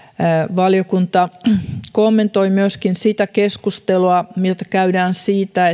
valiokunta kommentoi myöskin sitä keskustelua mitä käydään siitä